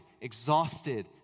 exhausted